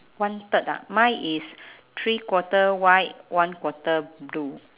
one third ah mine is three quarter white one quarter blue